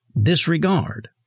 disregard